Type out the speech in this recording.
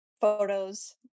photos